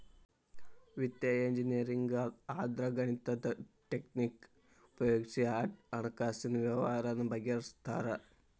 ವಿತ್ತೇಯ ಇಂಜಿನಿಯರಿಂಗ್ ಅಂದ್ರ ಗಣಿತದ್ ಟಕ್ನಿಕ್ ಉಪಯೊಗಿಸಿ ಹಣ್ಕಾಸಿನ್ ವ್ಯವ್ಹಾರಾನ ಬಗಿಹರ್ಸ್ತಾರ